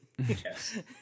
Yes